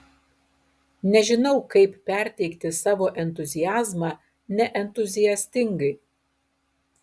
nežinau kaip perteikti savo entuziazmą neentuziastingai